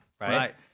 right